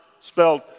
spelled